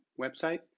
website